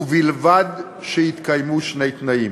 ובלבד שהתקיימו שני תנאים: